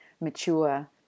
mature